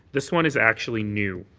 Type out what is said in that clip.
this one is actually new.